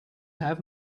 have